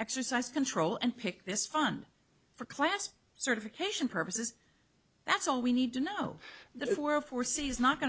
exercise control and pick this fun for class certification purposes that's all we need to know the four or four cs not going to